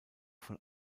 von